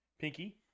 Pinky